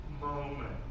moment